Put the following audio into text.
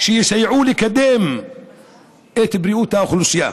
שיסייעו לקדם את בריאות האוכלוסייה.